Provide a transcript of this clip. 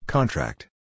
Contract